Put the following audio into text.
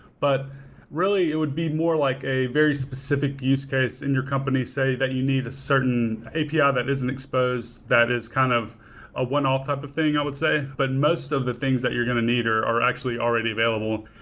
but really, it would be more like a very specific use case in your company, say, that you need a certain api ah that isn't exposed that is kind of a one-off type of thing, i would say. but most of the things that you're going to need are are actually already available.